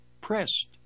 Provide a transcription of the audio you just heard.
pressed